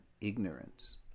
ignorance